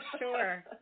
sure